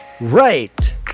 right